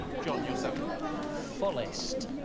john your seven fullest